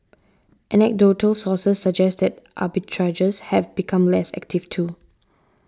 anecdotal sources suggest that arbitrageurs have become less active too